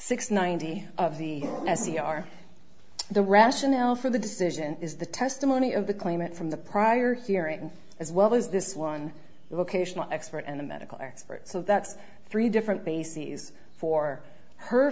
six ninety of the s c r the rationale for the decision is the testimony of the claimant from the prior hearing as well as this one location expert and a medical expert so that's three different bases for her